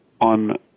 on